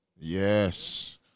Yes